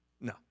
no